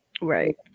right